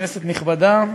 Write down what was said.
כנסת נכבדה,